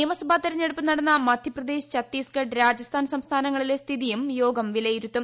നിയമസഭാ തെരഞ്ഞെടുപ്പ് നടന്ന മദ്ധ്യപ്രദേശ് ഛത്തീസ്ഗഡ് രാജസ്ഥാൻ സംസ്ഥാനങ്ങളിലെ സ്ഥിതിയും യോഗം വിലയിരുത്തും